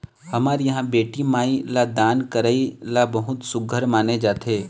हमर इहाँ बेटी माई ल दान करई ल बहुत सुग्घर माने जाथे